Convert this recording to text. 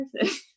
person